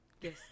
Yes